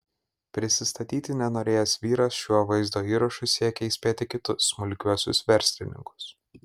prisistatyti nenorėjęs vyras šiuo vaizdo įrašu siekia įspėti kitus smulkiuosius verslininkus